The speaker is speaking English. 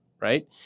Right